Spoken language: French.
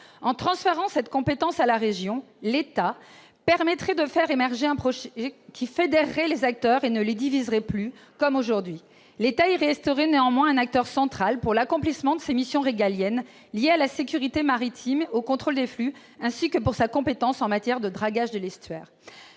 En transférant cette compétence à la région, l'État permettrait de faire émerger un projet qui fédérerait les acteurs et ne les diviserait plus comme aujourd'hui. L'État y resterait néanmoins un acteur central pour l'accomplissement de ses missions régaliennes liées à la sécurité maritime, au contrôle des flux, ainsi que pour sa compétence en matière de dragage de l'estuaire.